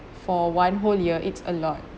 for one whole year it's a lot